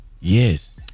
yes